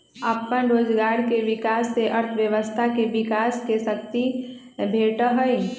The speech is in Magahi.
अप्पन रोजगार के विकास से अर्थव्यवस्था के विकास के शक्ती भेटहइ